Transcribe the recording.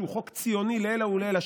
שהוא חוק ציוני לעילא ולעילא,